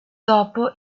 dopo